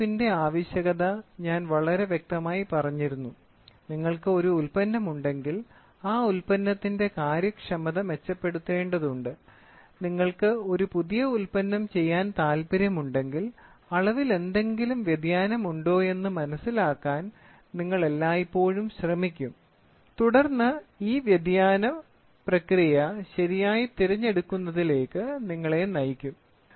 അളവെടുപ്പിന്റെ ആവശ്യകത ഞാൻ വളരെ വ്യക്തമായി പറഞ്ഞിരുന്നു നിങ്ങൾക്ക് ഒരു ഉൽപ്പന്നമുണ്ടെങ്കിൽ ആ ഉൽപ്പന്നത്തിന്റെ കാര്യക്ഷമത മെച്ചപ്പെടുത്തേണ്ടതുണ്ട് നിങ്ങൾക്ക് ഒരു പുതിയ ഉൽപ്പന്നം ചെയ്യാൻ താൽപ്പര്യമുണ്ടെങ്കിൽ അളവിലെന്തെങ്കിലും വ്യതിയാനം ഉണ്ടോയെന്ന് മനസിലാക്കാൻ നിങ്ങൾ എല്ലായ്പ്പോഴും ശ്രമിക്കും തുടർന്ന് ഈ വ്യതിയാനം പ്രക്രിയ ശരിയായി തിരഞ്ഞെടുക്കുന്നതിലേക്ക് നിങ്ങളെ നയിക്കും